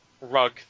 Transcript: rug